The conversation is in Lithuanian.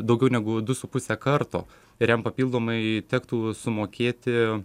daugiau negu du su puse karto ir jam papildomai tektų sumokėti